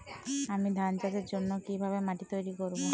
আমি ধান চাষের জন্য কি ভাবে মাটি তৈরী করব?